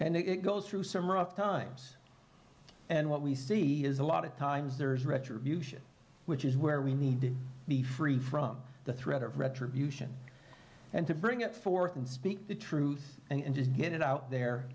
and it goes through some rough times and what we see is a lot of times there is retribution which is where we need to be free from the threat of retribution and to bring it forth and speak the truth and just get it out there